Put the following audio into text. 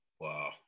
wow